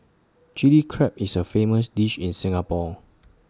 Chilli Crab is A famous dish in Singapore